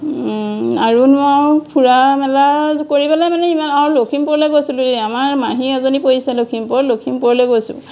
আৰু ফুৰা মেলা কৰি পেলাই মানে ইমান আৰু লখিমপুৰলে গৈছিলোঁ এই আমাৰ মাহী এজনী পৰিছে লখিমপুৰৰ লখিমপুৰলৈ গৈছোঁ